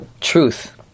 truth